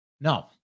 No